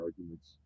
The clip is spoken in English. arguments